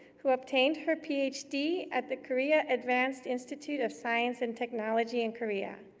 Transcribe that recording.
who obtained her ph d. at the korea advanced institute of science and technology in korea.